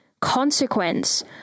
consequence